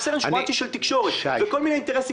רב-סרן שמועתי של תקשורת וכל מיני אינטרסים